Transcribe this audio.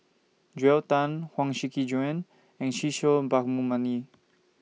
Joel Tan Huang Shiqi Joan and Kishore Mahbubani